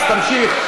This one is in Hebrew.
אז תמשיך.